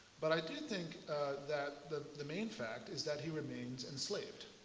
but i do think that the the main fact is that he remains enslaved.